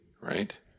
right